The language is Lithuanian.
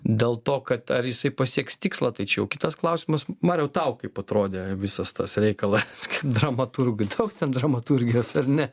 dėl to kad ar jisai pasieks tikslą tai čia jau kitas klausimas mariau tau kaip atrodė visas tas reikalas kaip dramaturgui daug ten dramaturgijos ar ne